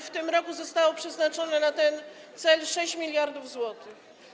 W tym roku zostało przeznaczone na ten cel 6 mld zł.